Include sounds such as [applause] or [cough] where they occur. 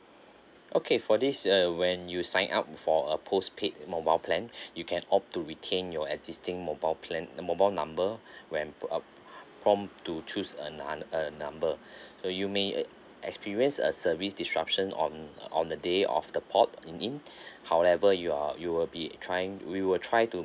okay for this uh when you sign up for a postpaid mobile plan [breath] you can opt to retain your existing mobile plan uh mobile number [breath] when from to choose a nu~ a number [breath] so you may uh experience a service disruption on on the day of the port in in [breath] however you are you will be trying we will try to